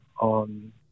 on